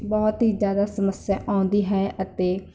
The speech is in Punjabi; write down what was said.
ਬਹੁਤ ਹੀ ਜ਼ਿਆਦਾ ਸਮੱਸਿਆ ਆਉਂਦੀ ਹੈ ਅਤੇ